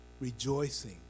rejoicing